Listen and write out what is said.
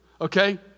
okay